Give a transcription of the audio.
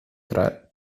tre